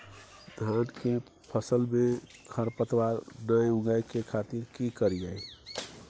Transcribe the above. धान के फसल में खरपतवार नय उगय के खातिर की करियै?